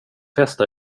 festa